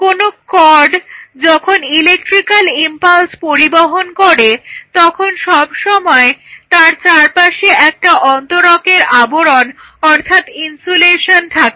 কোনো কর্ড যখন electrical impulse পরিবহন করে তখন সব সময় তার চারপাশে একটা অন্তরকের আবরণ অর্থাৎ ইন্সুলেশন থাকে